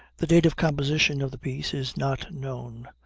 the date of composition of the piece is not known,